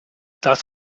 das